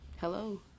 hello